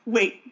Wait